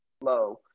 low